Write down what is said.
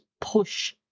push